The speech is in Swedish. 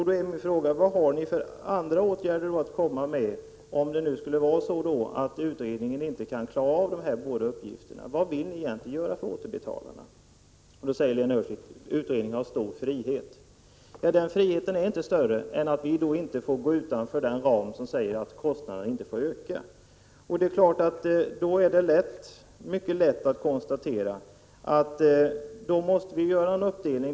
Då är min fråga: Vilka andra åtgärder har ni att komma med om utredningen inte klarar av dessa båda uppgifter? Vad vill ni egentligen göra för återbetalarna? Då säger Lena Öhrsvik att utredningen har stor frihet. Men den friheten är — Prot. 1986/87:105 inte större än att vi inte får gå utanför den begränsningen som ligger i att 9 april 1987 kostnaderna inte får öka. Då är det mycket lätt att konstatera att vi måste göra en uppdelning.